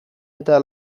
eta